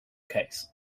case